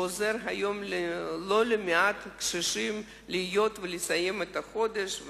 והוא עוזר היום ללא מעט קשישים לחיות ולסיים את החודש,